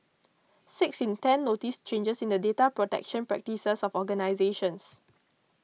six in ten noticed changes in the data protection practices of organisations